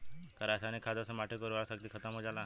का रसायनिक खादों से माटी क उर्वरा शक्ति खतम हो जाला?